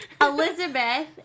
Elizabeth